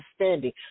understanding